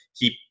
keep